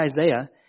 Isaiah